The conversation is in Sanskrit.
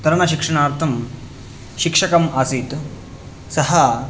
तरणशिक्षणार्थं शिक्षकम् आसीत् सः